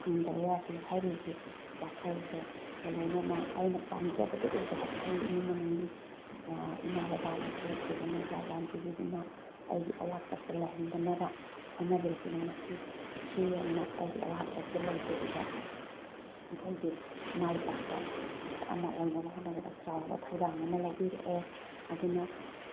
ꯐꯪꯗꯕ ꯌꯥꯗꯦ ꯍꯥꯏꯕꯒꯤ ꯋꯥꯈꯜꯁꯤꯒ ꯂꯣꯏꯅꯅ ꯑꯩꯅ ꯄꯥꯝꯖꯕꯗꯣ ꯎꯕꯗ ꯑꯩ ꯏꯃꯨꯡ ꯃꯅꯨꯡꯒꯤ ꯏꯃꯥ ꯕꯕꯥꯅꯁꯨ ꯐꯖꯅ ꯒꯥꯏꯠꯂꯥꯏꯟ ꯄꯤꯕꯤꯗꯨꯅ ꯑꯩꯒꯤ ꯑꯋꯥꯠꯄꯁꯦ ꯂꯩꯍꯟꯗꯅꯕ ꯍꯣꯠꯅꯕꯤꯔꯛꯇꯨꯅ ꯉꯁꯤ ꯁꯤ ꯌꯧꯅ ꯑꯩꯒꯤ ꯑꯋꯥꯠꯄꯁꯦ ꯂꯩꯇꯕꯤꯗ ꯑꯩꯈꯣꯏꯒꯤ ꯃꯥꯏ ꯄꯥꯛꯄ ꯃꯤꯁꯛ ꯑꯃ ꯑꯣꯏꯅꯕ ꯍꯣꯠꯅꯕꯗ ꯆꯥꯎꯔꯕ ꯊꯧꯗꯥꯡ ꯑꯃ ꯂꯧꯕꯤꯔꯛꯑꯦ ꯑꯗꯨꯅ